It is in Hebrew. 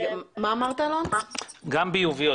גם ביוביות.